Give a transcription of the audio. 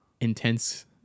intense